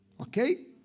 Okay